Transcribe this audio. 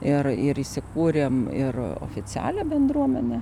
ir ir įsikūrėme ir oficialią bendruomenę